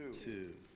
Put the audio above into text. two